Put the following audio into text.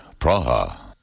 Praha